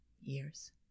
years